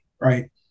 right